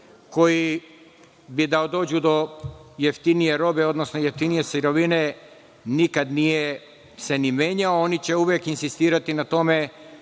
koji bi da dođu do jeftinije robe, odnosno jeftinije sirovine nikad nije se ni menjao, oni će uvek insistirati na tome